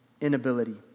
inability